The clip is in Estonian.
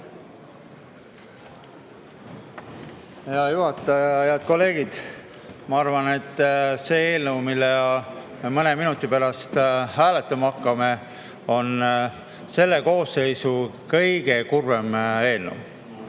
Hea juhataja! Head kolleegid! Ma arvan, et see eelnõu, mille üle me mõne minuti pärast hääletama hakkame, on selle koosseisu kõige kurvem eelnõu.